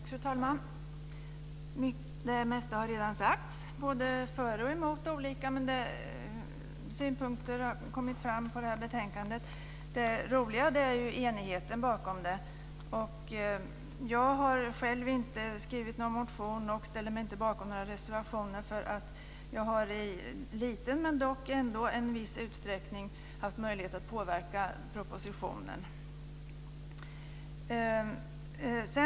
Fru talman! Det mesta har redan sagts både för och emot. Det har kommit fram olika synpunkter på detta betänkande. Det positiva är enigheten bakom det. Jag har själv inte väckt någon motion och ställer mig inte bakom några reservationer, eftersom jag i liten men ändock någon utsträckning haft möjlighet att påverka propositionen.